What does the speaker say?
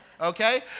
okay